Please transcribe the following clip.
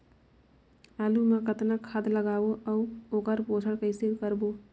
आलू मा कतना खाद लगाबो अउ ओकर पोषण कइसे करबो?